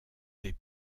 des